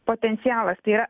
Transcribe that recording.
potencialas tai yra